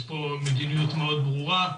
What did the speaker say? יש פה מדיניות מאוד ברורה.